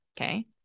okay